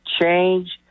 change